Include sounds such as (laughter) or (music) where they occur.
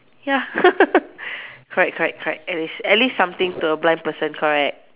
ya (laughs) correct correct correct at least at least something to a blind person correct